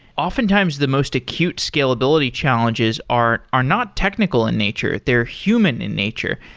often times the most acute scalability challenges are are not technical in nature. they're human in nature.